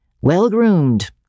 well-groomed